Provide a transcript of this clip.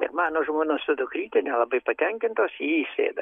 ir mano žmona su dukryte nelabai patenkintos į jį įsėda